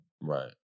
right